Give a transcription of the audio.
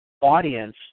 audience